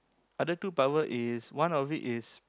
other two power is one of it is